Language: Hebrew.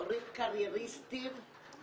הורים קרייריסטים.